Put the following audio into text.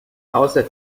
außer